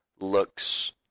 looks